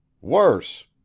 Worse